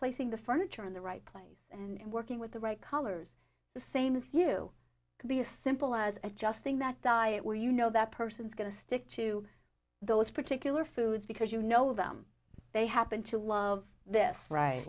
placing the furniture in the right place and working with the right colors the same as you could be as simple as adjusting that diet where you know that person is going to stick to those particular foods because you know them they happen to love this right